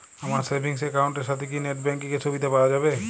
আমার savings account এর সাথে কি নেটব্যাঙ্কিং এর সুবিধা পাওয়া যাবে?